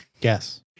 Yes